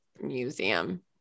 museum